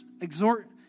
exhort